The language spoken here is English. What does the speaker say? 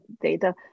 data